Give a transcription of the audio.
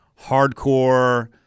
hardcore